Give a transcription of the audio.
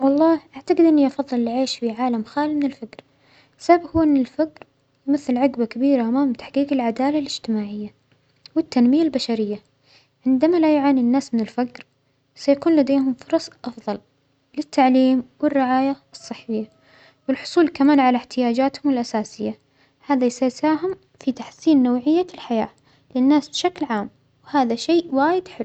والله أعتجد إنى أفظل العيش في عالم خالى من الفجر، السبب هو أن الفجر يمثل عجبة كبيرة أمام تحجيج العداله الاجتماعيه والتنمية البشرية، عندنا لا يعانى الناس من الفجر، سيكون لديهم فرص أفظل للتعليم والرعاية الصحية، والحصول كمان على إحتياجاتهم الأساسية، هذا سيساهم في تحسين نوعية الحياة للناس بشكل عام وهذا شىء وأيد حلو.